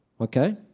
Okay